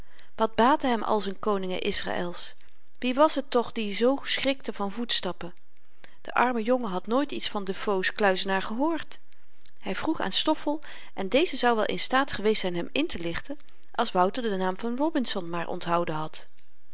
wat baatten hem al z'n koningen israëls wie was het toch die zoo schrikte van voetstappen de arme jongen had nooit iets van de foe's kluizenaar gehoord hy vroeg aan stoffel en deze zou wel in staat geweest zyn hem intelichten als wouter den naam van robinson maar onthouden had